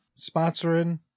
sponsoring